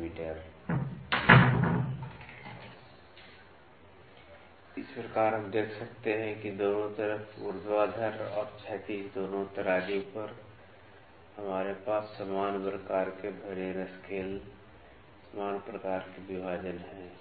mm इस प्रकार हम देख सकते हैं कि दोनों तरफ ऊर्ध्वाधर और क्षैतिज दोनों तराजू पर हमारे पास समान प्रकार के वर्नियर स्केल समान प्रकार के विभाजन हैं